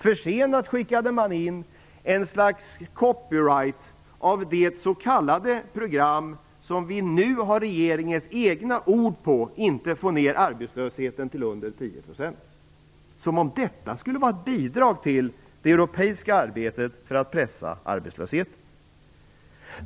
Försenat skickade man in ett slags copy right av det s.k. program som, och där har vi nu regeringens egna ord, inte får ner arbetslösheten under 10 %- som om det skulle vara ett bidrag till det europeiska arbetet för att pressa ner arbetslösheten!